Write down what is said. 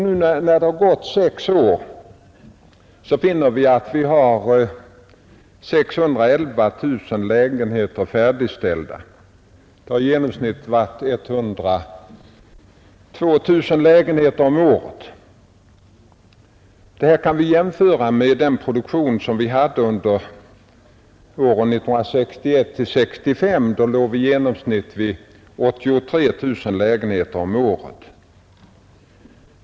Nu när det har gått sex år, finner vi att vi har 611 000 lägenheter färdigställda, alltså i genomsnitt 102 000 lägenheter om året. Detta kan vi jämföra med den produktion vi hade under åren 1961—1965, då produktionen i genomsnitt var 83 000 lägenheter om året.